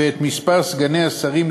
ואת מספר סגני השרים,